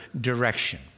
direction